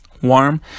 warm